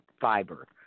fiber